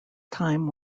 time